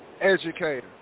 Educator